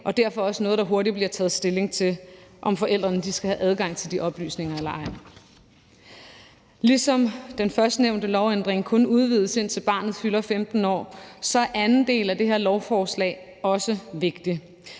og derfor også noget, der hurtigt bliver taget stilling til, altså om forældrene skal have adgang til de oplysninger eller ej. Ligesom den førstnævnte lovændring kun udvides, indtil barnet fylder 15 år, er anden del af det her lovforslag også vigtigt.